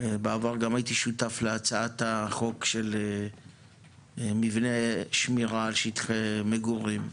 בעבר גם הייתי שותף להצעת החוק של מבנה שמירה על שטחי מגורים.